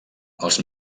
els